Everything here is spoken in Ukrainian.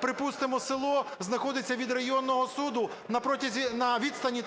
припустимо, село знаходиться від районного суду на відстані